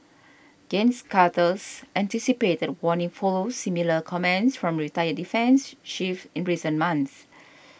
Gens Carter's anticipated warning follows similar comments from retired defence chiefs in recent months